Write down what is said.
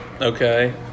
okay